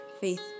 faith